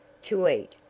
to eat,